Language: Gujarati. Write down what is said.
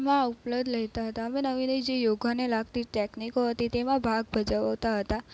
માં ઉપયોગ લેતા હતા હવે નવી નવી જે યોગાને લાગતી ટેકનિકો હતી તેમાં ભાગ ભજવતા હતા